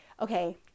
okay